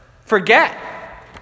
forget